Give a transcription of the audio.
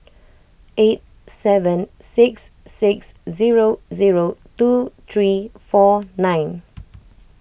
eight seven six six zero zero two three four nine